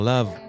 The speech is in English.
Love